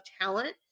talent